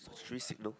should we signal